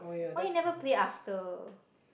why you never play after